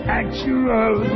actual